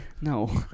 No